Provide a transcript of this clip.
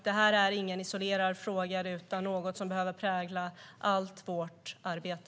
Detta är ingen isolerad fråga utan något som behöver prägla allt vårt arbete.